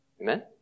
Amen